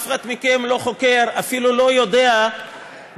אף אחד מכם לא חוקר ואפילו לא יודע מה